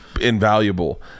invaluable